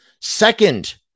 Second